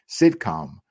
sitcom